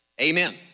amen